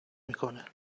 میکنه